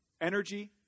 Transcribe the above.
Energy